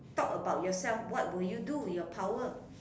talk about yourself what will you do your power